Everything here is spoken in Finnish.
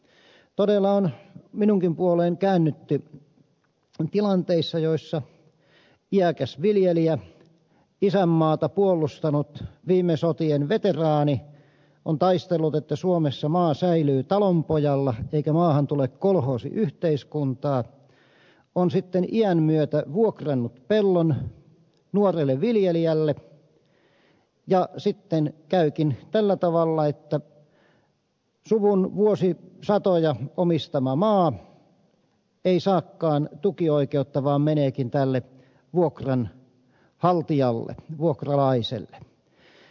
todella on minunkin puoleeni käännytty tilanteissa joissa iäkäs viljelijä isänmaata puolustanut viime sotien veteraani on taistellut että suomessa maa säilyy talonpojalla eikä maahan tule kolhoosiyhteiskuntaa on sitten iän myötä vuokrannut pellon nuorelle viljelijälle ja sitten käykin tällä tavalla että suvun vuosisatoja omistama maa ei saakaan tukioikeutta vaan meneekin tälle vuokranhaltijalle vuokralaiselle